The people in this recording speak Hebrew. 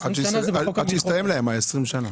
עד שיסתיימו להם 20 שנה.